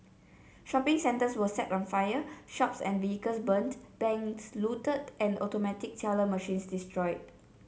shopping centers were set on fire shops and vehicles burnt banks looted and automatic teller machines destroyed